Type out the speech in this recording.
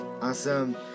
Awesome